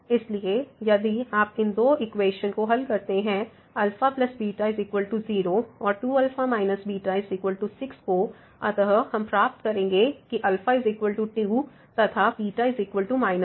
इसलिए यदि आप इन दो इक्वेशन को हल करते हैं 0 और 2α β6 को अतः हम प्राप्त करेंगे कि α2 तथा 2है